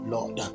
Lord